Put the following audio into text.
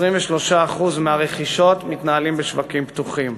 23% מהרכישות מתנהלות בשווקים פתוחים.